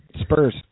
Spurs